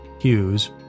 Hughes